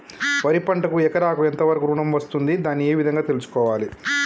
వరి పంటకు ఎకరాకు ఎంత వరకు ఋణం వస్తుంది దాన్ని ఏ విధంగా తెలుసుకోవాలి?